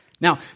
Now